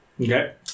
Okay